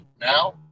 now